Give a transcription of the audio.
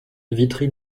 vitry